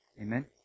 Amen